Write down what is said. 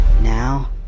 Now